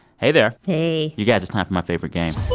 hey, there hey you guys, it's time for my favorite game,